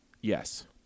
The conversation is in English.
Yes